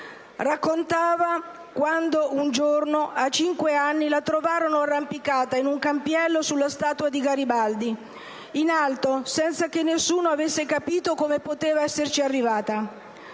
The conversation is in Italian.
Raccontava quando un giorno, a cinque anni, la trovarono arrampicata in un campiello sulla statua di Garibaldi, in alto, senza che nessuno avesse capito come poteva esserci arrivata.